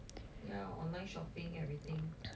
ya online shopping everything